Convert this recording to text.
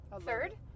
Third